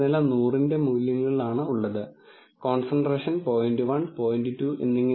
അതിനാൽ മുമ്പത്തെ പരാജയ ശ്രമങ്ങളിൽ നിന്ന് കൂടുതൽ അറിവോടെ ഈ അനുമാന പരിഷ്കരണ പ്രക്രിയ നടത്താം